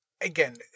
again